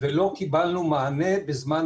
אני רוצה להודות לך על הובלת הוועדה הזאת